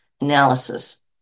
analysis